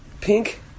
pink